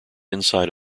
inside